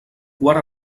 quart